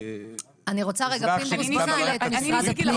כאזרח שנמצא במערכת הציבורית,